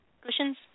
Cushions